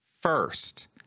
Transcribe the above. first